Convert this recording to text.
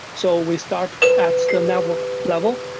so we start at the network level.